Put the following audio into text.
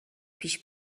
پیش